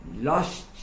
lost